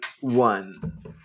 one